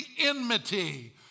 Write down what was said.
enmity